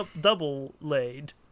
Double-laid